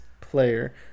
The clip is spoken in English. player